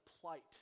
plight